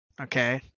okay